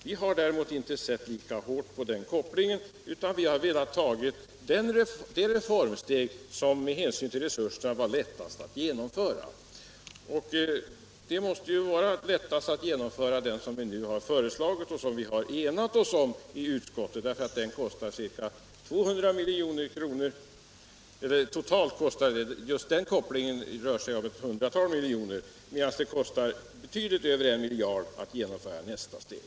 Vi har däremot inte hållit lika hårt på den kopplingen, utan vi har velat ta det steg som med hänsyn till resurserna var lättast att ta. Och det måste vara lättast att genomföra det som vi nu har föreslagit och som vi har enats om i utskottet, för just den kopplingen kostar totalt ett hundratal miljoner, medan det kostar betydligt över 1 miljard att genomföra nästa steg.